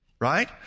right